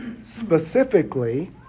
specifically